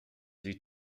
sie